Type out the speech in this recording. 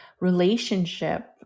relationship